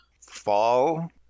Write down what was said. Fall